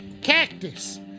Cactus